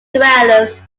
dwellers